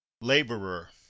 laborer